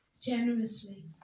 generously